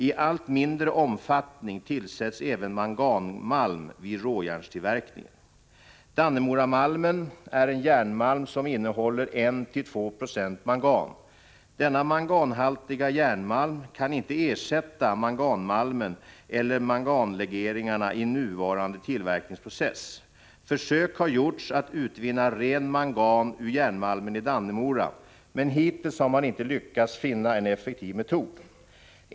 I allt mindre omfattning tillsätts även manganmalm vid råjärnstillverkningen. Dannemoramalmen är en järnmalm som innehåller 1-2 76 mangan. Denna manganhaltiga järnmalm kan inte ersätta manganmalmen eller manganlegeringarna i nuvarande tillverkningsprocess. Försök har gjorts att utvinna ren mangan ur järnmalmen i Dannemora, men hittills har man inte lyckats finna en effektiv metod.